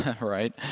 right